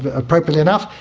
ah appropriately enough,